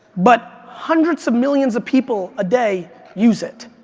but hundreds of millions of people a day use it.